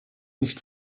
nicht